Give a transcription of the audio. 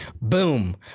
boom